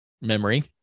memory